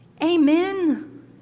Amen